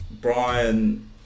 Brian